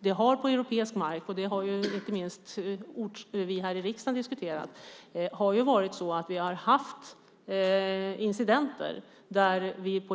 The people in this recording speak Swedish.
Vi har på europeisk mark - det har inte minst vi här i riksdagen diskuterat - haft incidenter där vi